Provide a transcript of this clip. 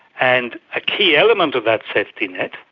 and a key element of that safety net,